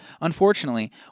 Unfortunately